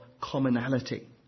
commonality